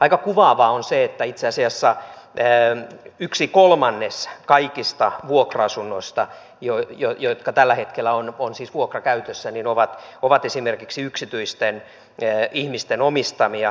aika kuvaavaa on se että itse asiassa yksi kolmannes kaikista niistä vuokra asunnoista jotka tällä hetkellä ovat vuokrakäytössä on esimerkiksi yksityisten ihmisten omistamia